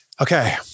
okay